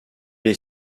est